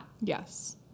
Yes